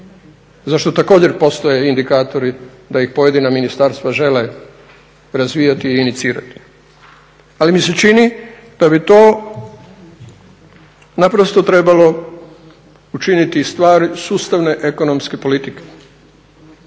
za što također postoje indikatori da ih pojedina ministarstva žele razvijati i inicirati. Ali mi se čini da bi to naprosto trebalo učiniti i stvari sustavne ekonomske politike